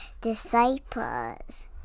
disciples